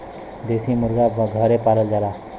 देसी मुरगा घरे पालल जाला